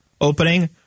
opening